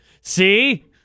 see